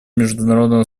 международного